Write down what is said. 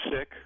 sick